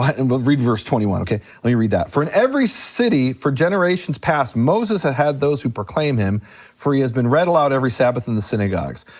and we'll read verse twenty one, okay, let me read that. for in every city for generations past, moses had had those who proclaim him for he has been read aloud every sabbath in the synagogues.